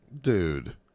dude